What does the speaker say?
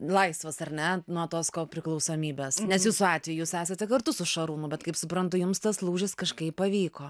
laisvas ar ne nuo tos ko priklausomybės nes jūsų atveju jūs esate kartu su šarūnu bet kaip suprantu jums tas lūžis kažkaip pavyko